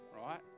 right